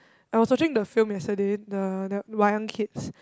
I was watching the film yesterday the the Wayang-Kids